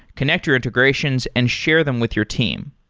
connect your integrations and share them with your team.